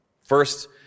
First